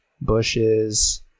bushes